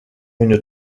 une